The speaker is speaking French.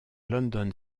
london